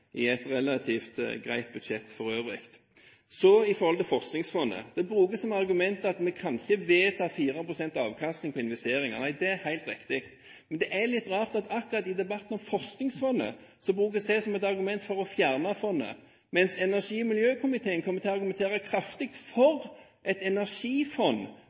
i et relativt greit budsjett for øvrig. Så til Forskningsfondet. Det brukes som argument at vi ikke kan vedta 4 pst. avkastning på investeringer. Det er helt riktig. Men det er litt rart at akkurat i debatten om Forskningsfondet brukes det som et argument for å fjerne fondet, mens energi- og miljøkomiteen kommer til å argumentere kraftig for et energifond